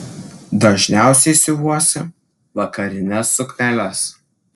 dažniausiai siuvuosi vakarines sukneles